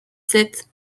sept